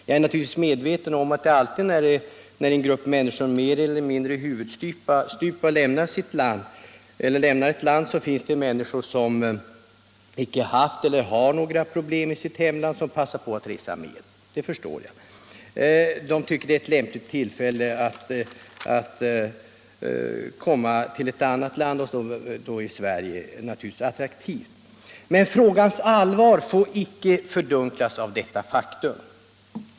Jag är naturligtvis medveten om att det alltid när en grupp människor — mer eller mindre huvudstupa — lämnar ett land finns personer som icke haft eller har några problem i sitt hemland men som ändå passar på att resa med. De tycker det är ett lämpligt tillfälle att få komma till ett annat land, och Sverige är naturligtvis då attraktivt. Men frågans allvar får icke fördunklas av detta faktum.